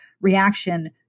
reaction